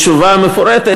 מתשובה מפורטת.